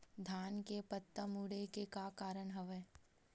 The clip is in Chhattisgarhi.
धान के पत्ता मुड़े के का कारण हवय?